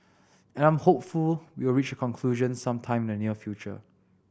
and I'm hopeful we will reach a conclusion some time in the near future